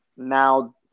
Now